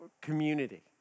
community